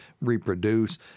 reproduce